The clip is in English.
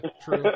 true